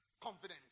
confidence